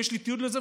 ויש לי תיעוד לזה,